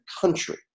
country